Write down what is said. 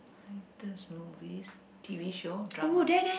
latest movies t_v shows dramas